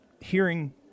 hearing